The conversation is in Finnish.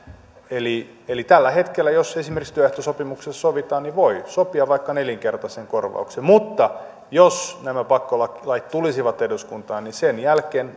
eli eli tällä hetkellä jos esimerkiksi työehtosopimuksessa sovitaan niin voi sopia vaikka nelinkertaisen korvauksen mutta jos nämä pakkolait pakkolait tulisivat eduskuntaan niin sen jälkeen